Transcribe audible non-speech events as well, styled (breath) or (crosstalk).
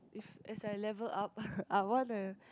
if as I level up (breath) I wanna